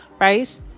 right